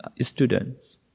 students